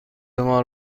مان